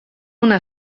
una